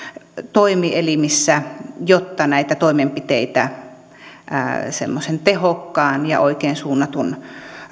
toimielimissä jotta näitä toimenpiteitä semmoisen tehokkaan ja oikein suunnatun